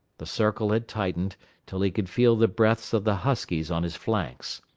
the circle had tightened till he could feel the breaths of the huskies on his flanks.